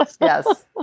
Yes